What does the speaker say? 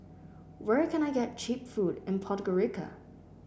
where can I get cheap food in Podgorica